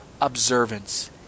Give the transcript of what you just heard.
observance